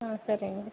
సరే అండి